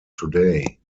today